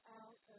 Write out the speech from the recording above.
out